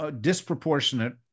disproportionate